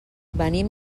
venim